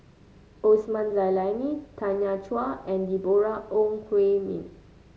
Osman Zailani Tanya Chua and Deborah Ong Hui Min